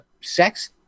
sex